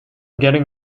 getting